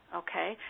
okay